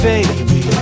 Baby